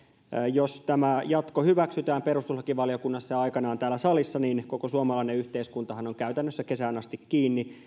jos tämä jatko hyväksytään perustuslakivaliokunnassa ja aikanaan täällä salissa koko suomalainen yhteiskuntahan on käytännössä kesään asti kiinni